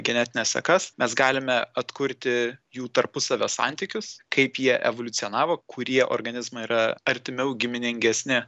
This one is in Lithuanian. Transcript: genetines sekas mes galime atkurti jų tarpusavio santykius kaip jie evoliucionavo kurie organizmai yra artimiau giminingesni